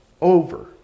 over